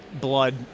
blood